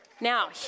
Now